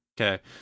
Okay